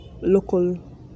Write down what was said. local